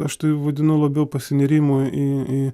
aš tai vadinu labiau pasinėrimu į į